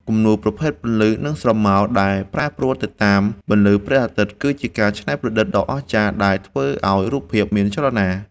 គំនូរប្រភេទ ពន្លឺ និងស្រមោល ដែលប្រែប្រួលទៅតាមពន្លឺព្រះអាទិត្យ គឺជាការច្នៃប្រឌិតដ៏អស្ចារ្យដែលធ្វើឱ្យរូបភាពមានចលនា។